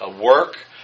work